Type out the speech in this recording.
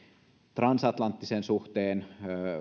transatlanttisen suhteen